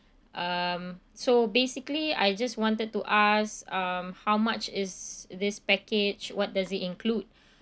um so basically I just wanted to ask um how much is this package what does it include